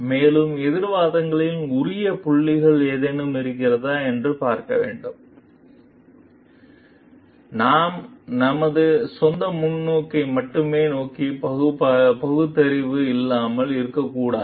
மேலும் எதிர் வாதங்களில் உரிய புள்ளிகள் ஏதேனும் இருக்கிறதா என்று பார்க்க வேண்டும் நாம் நமது சொந்த முன்னோக்கை மட்டுமே நோக்கி பகுத்தறிவு இல்லாமல் இருக்கக் கூடாது